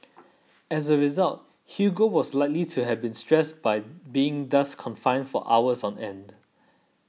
as a result Hugo was likely to have been stressed by being thus confined for hours on end